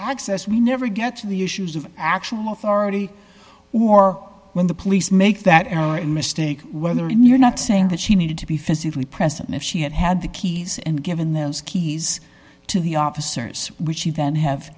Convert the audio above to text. access we never get to the issues of actual of already or when the police make that mistake when they are in your not saying that she needed to be physically present if she had had the keys and given those keys to the officers which she then have